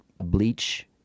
Bleach